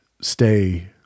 stay